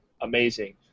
amazing